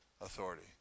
authority